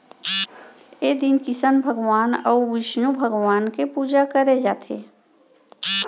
ए दिन किसन भगवान अउ बिस्नु भगवान के पूजा करे जाथे